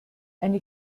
eine